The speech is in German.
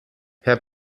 herr